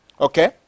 Okay